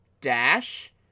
dash